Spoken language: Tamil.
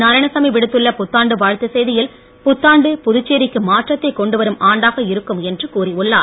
நாராயணசாமி விடுத்துள்ள புத்தாண்டு வாழ்த்து செய்தியில் புத்தாண்டு புதுச்சேரிக்கு மாற்றத்தை கொண்டு வரும் ஆண்டாக இருக்கும் என்று கூறியுள்ளார்